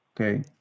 Okay